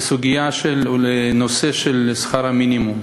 לסוגיה של שכר המינימום.